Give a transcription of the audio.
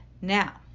Now